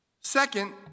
Second